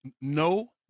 no